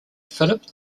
philip